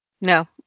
No